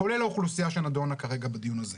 כולל האוכלוסייה שנדונה כרגע בדיון הזה.